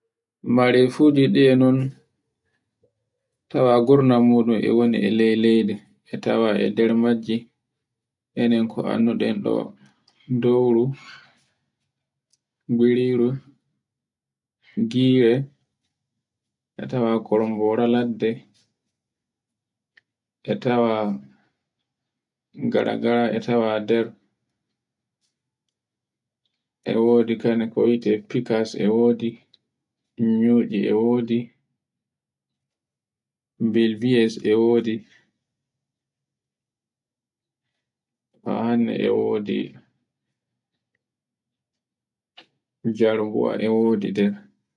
mare fuji ɗe e non tawa gurnan mu e woni e ley leydi e tawa e nder majji enen ko anduɗen ɗo dowru, nguriru, gire e tawa korombor ladde, e tawa garga e tawa nder, e wodi naki kokkitel e wodi moccu e bilbeyes e wodi hanne e wodi jarbuwa e wodi nder,